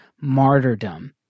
martyrdom